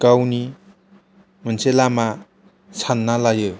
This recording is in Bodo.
गावनि मोनसे लामा सानना लायो